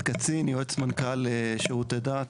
יועץ למנכ"ל לשירותי דת.